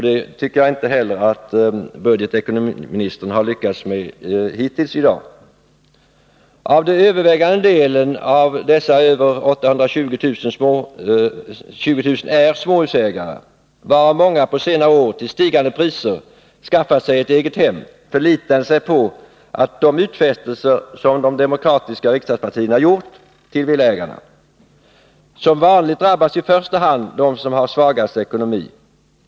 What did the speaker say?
Det tycker jag inte heller att budgetministern har lyckats med hittills i dag. Den övervägande delen av de 820 000 är småhusägare, varav många på senare år till stigande priser skaffat sig ett eget hem, förlitande sig på de utfästelser som de demokratiska riksdagspartierna gjort till villaägarna. Som vanligt drabbas i första hand de som har den svagaste ekonomin.